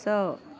स